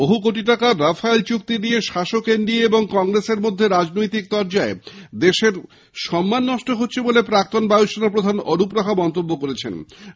বহু কোটি টাকার রাফায়েল চুক্তি নিয়ে শাস্ক এনডিএ এবং কংগ্রেসের মধ্যে রাজনৈতিক তরজায় দেশের সম্মান নষ্ট হচ্ছে বলে প্রাক্তণ বায়ুসেনা প্রধান অরূপ রাহা মন্তব্য করেছেন